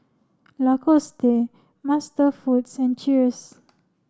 Lacoste MasterFoods and Cheers